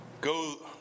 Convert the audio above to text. Go